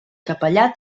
capellà